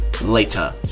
later